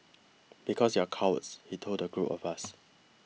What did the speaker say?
because you are cowards he told the group of us